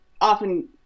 often